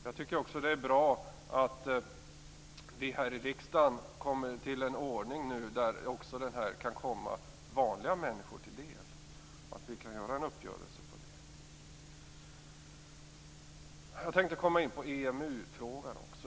Jag tycker också att det är bra att vi här i riksdagen kommer till en ordning där detta också kan komma vanliga människor till del, att vi kan göra en sådan uppgörelse. Jag tänkte också komma in på EMU-frågan.